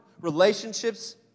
Relationships